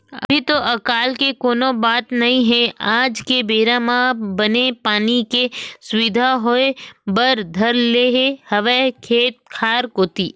अभी तो अकाल के कोनो बात नई हे आज के बेरा म बने पानी के सुबिधा होय बर धर ले हवय खेत खार कोती